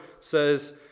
says